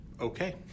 Okay